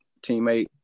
teammate